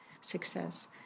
success